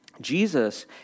Jesus